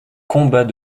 combat